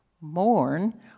mourn